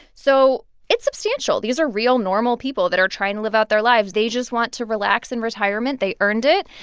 so it's substantial. these are real normal people that are trying to live out their lives. they just want to relax in retirement. they earned it.